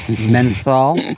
Menthol